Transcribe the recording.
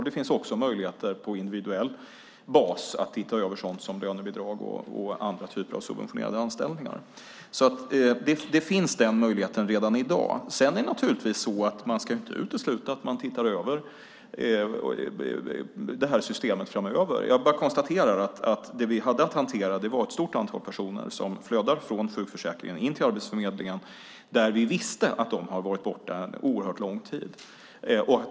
Det finns också möjlighet att titta över sådant som lönebidrag och andra typer av subventionerade anställningar på individuell bas. Den möjligheten finns redan i dag. Men man ska inte utesluta att man tittar över det här systemet framöver. Jag konstaterar bara att vi hade att hantera ett stort antal personer som flödar in från sjukförsäkringen till Arbetsförmedlingen, och vi visste att de hade varit borta en oerhört lång tid.